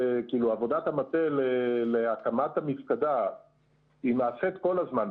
כאילו עבודת המטה להקמת המפקדה נעשית כל הזמן,